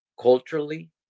Culturally